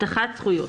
הבטחת זכויות.